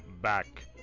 Back